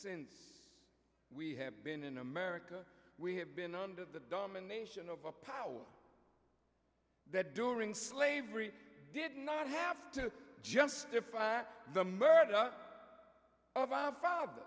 since we have been in america we have been under the domination of a power that during slavery did not have to justify the murder